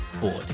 board